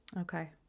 Okay